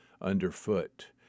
underfoot